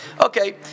Okay